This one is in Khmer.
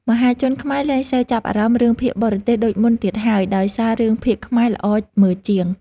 មហាជនខ្មែរលែងសូវចាប់អារម្មណ៍រឿងភាគបរទេសដូចមុនទៀតហើយដោយសាររឿងភាគខ្មែរល្អមើលជាង។